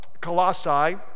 Colossae